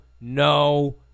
no